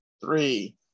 three